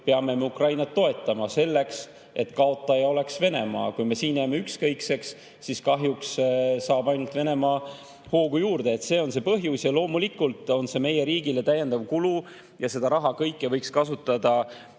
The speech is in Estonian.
peame me Ukrainat toetama, selleks et kaotaja oleks Venemaa. Kui me siin jääme ükskõikseks, siis kahjuks saab Venemaa ainult hoogu juurde. See on see põhjus ja loomulikult on see meie riigile täiendav kulu ja kogu seda raha võiks kasutada